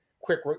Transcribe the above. quick